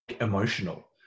emotional